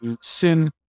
sin